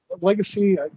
Legacy